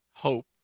hope